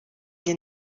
njye